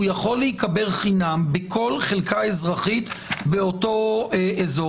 הוא יכול להיקבר חינם בכל חלקה אזרחית באותו אזור.